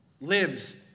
lives